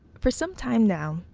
for some time now,